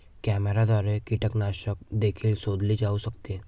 कॅमेऱ्याद्वारे कीटकनाशक देखील शोधले जाऊ शकते